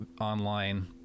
online